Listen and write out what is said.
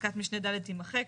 פסקת משנה ד' תימחק.